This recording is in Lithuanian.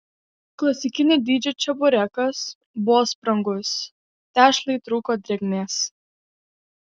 klasikinio dydžio čeburekas buvo sprangus tešlai trūko drėgmės